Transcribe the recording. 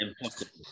Impossible